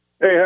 Hey